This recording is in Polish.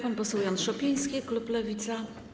Pan poseł Jan Szopiński, klub Lewica.